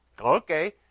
Okay